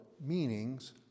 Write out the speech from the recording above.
meanings